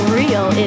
real